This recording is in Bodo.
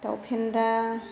दाउ फेन्दा